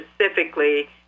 specifically